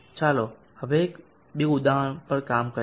ચાલો હવે બે ઉદાહરણ પર કામ કરીએ